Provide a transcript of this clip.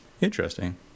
interesting